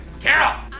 Carol